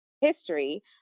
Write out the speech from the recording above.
history